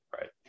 Right